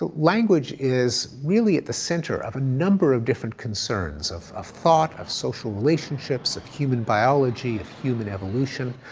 ah language is really at the center of a number of different concerns of of thought, of social relationships, of human biology, of human evolution,